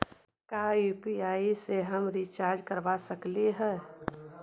का यु.पी.आई से हम रिचार्ज करवा सकली हे?